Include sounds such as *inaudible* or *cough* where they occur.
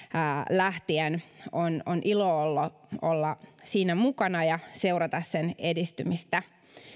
lähtien on on ilo olla *unintelligible* *unintelligible* *unintelligible* olla siinä mukana ja seurata sen edistymistä